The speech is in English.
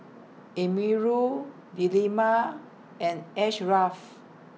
Amirul Delima and Ashraff